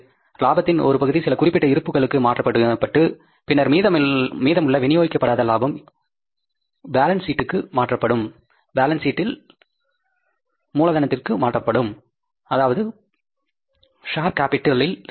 இலாபத்தின் ஒரு பகுதி சில குறிப்பிட்ட இருப்புக்களுக்கு மாற்றப்பட்டு பின்னர் மீதமுள்ள விநியோகிக்கப்படாத லாபம் பேலன்ஸ் சீட் மாற்றப்பட்டு மூலதனத்தில் அதாவது ஷேர் கேபிடலில் சேர்க்கப்படும்